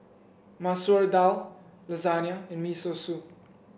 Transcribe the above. Masoor Dal Lasagna and Miso Soup